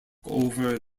over